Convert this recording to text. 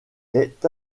est